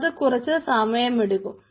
അത് കുറച്ചു സമയമെടുക്കും